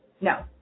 No